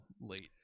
late